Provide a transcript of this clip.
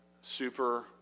super